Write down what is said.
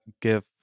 give